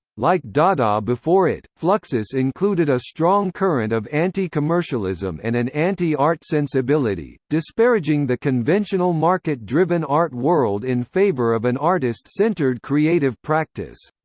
like dada before it, fluxus included a strong current of anti-commercialism and an anti-art sensibility, disparaging the conventional market-driven art world in favor of an artist-centered creative practice.